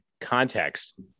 context